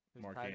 Mark